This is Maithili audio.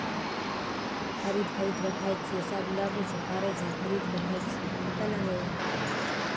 खरीद खरीद कऽ खाइ छियै सभ लगै छै फड़ै छै खरीद कऽ खाइ छियै कतेक लगयबै